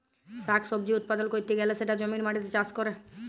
শাক সবজি উৎপাদল ক্যরতে গ্যালে সেটা জমির মাটিতে চাষ ক্যরে